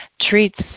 treats